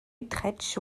utrecht